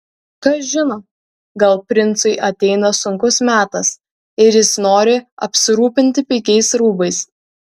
kas žino gal princui ateina sunkus metas ir jis nori apsirūpinti pigiais rūbais